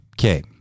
Okay